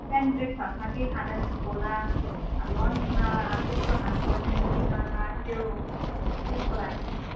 बिहान ब्रेकफास्टमा के खाँदा ठिक होला लन्चमा कस्तो खानुपर्ने डिनरमा त्यो त्यसको लागि नि